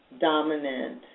Dominant